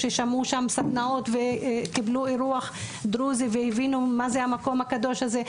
ששמעו שם סדנאות וקיבלו אירוח דרוזי והבינו מה זה המקום הקדוש הזה,